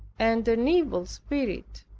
and an evil spirit.